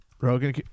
Rogan